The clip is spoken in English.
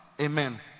Amen